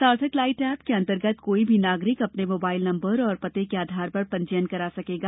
सार्थक light app के अंतर्गत कोई भी नागरिक अपने मोबाइल नम्बर और पते के आधार पर पंजीयन करा सकेगा